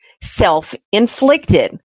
self-inflicted